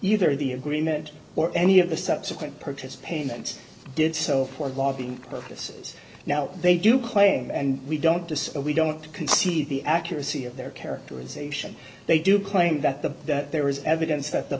either the agreement or any of the subsequent protests payments did so for the lobbying purposes now they do claim and we don't decide we don't concede the accuracy of their characterization they do claim that the that there is evidence that the